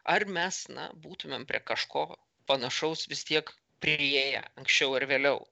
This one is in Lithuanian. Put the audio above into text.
ar mes na būtumėm prie kažko panašaus vis tiek priėję anksčiau ar vėliau